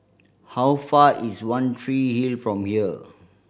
how far is One Tree Hill from here